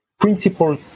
principal